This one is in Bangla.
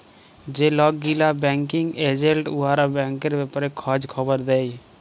যে লক গিলা ব্যাংকিং এজেল্ট উয়ারা ব্যাংকের ব্যাপারে খঁজ খবর দেই